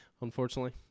unfortunately